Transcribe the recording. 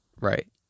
right